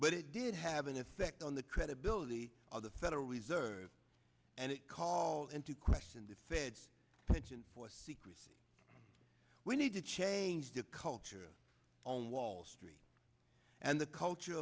but it did have an effect on the credibility of the federal reserve and it called into question the fed's pension for secrecy we need to change the culture on wall street and the culture